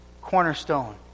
cornerstone